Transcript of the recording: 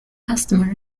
customers